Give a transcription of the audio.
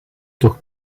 toch